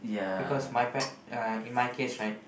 because my pa~ uh in my case right